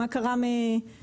מה קרה מ-2018,